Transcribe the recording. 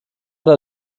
der